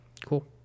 cool